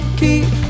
keep